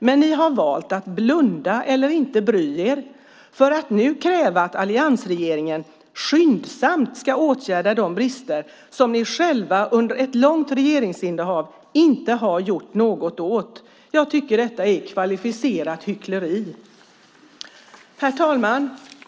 Men ni har valt att blunda eller inte bry er för att nu kräva att alliansregeringen skyndsamt ska åtgärda de brister som ni själva under ett långt regeringsinnehav inte har gjort något åt. Jag tycker att detta är kvalificerat hyckleri. Herr talman!